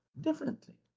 differently